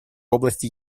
области